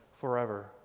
forever